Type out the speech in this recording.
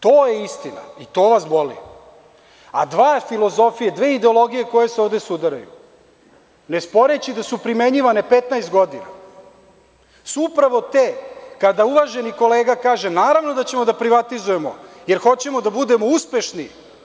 To je istina i to vas boli, a dve filozofije, dve ideologije, koje se ovde sudaraju, ne sporeći da su primenjivane 15 godina, su upravo te kada uvaženi kolega kaže naravno da ćemo da privatizujemo, jer hoćemo da budemo uspešni.